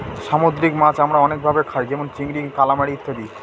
সামুদ্রিক মাছ আমরা অনেক ভাবে খায় যেমন চিংড়ি, কালামারী ইত্যাদি